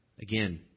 Again